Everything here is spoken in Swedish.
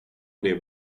det